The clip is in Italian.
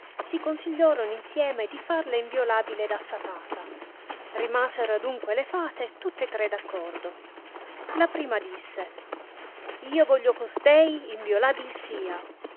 si consigliorono insieme di farla inviolabile ed affatata rimasero adunque le fate tutta tre d'accordo la prima disse io voglio costei inviolabil sia